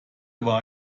war